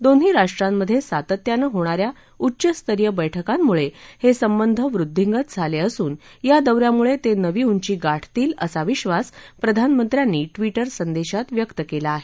दोन्ही राष्ट्रांमधे सातत्यानं होणा या उच्चस्तरीय बैठकांमुळे संबंध वृद्धिंगत झाले असून या या दौ यामुळे ते नवी उंची गाठतील असा विधास प्रधानमंत्र्यांनी ट्विटरसंदेशात व्यक्त केला आहे